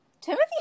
timothy